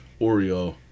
Oreo